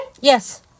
Yes